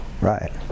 right